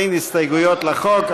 אין הסתייגויות לחוק,